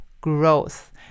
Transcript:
growth